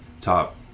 top